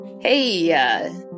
Hey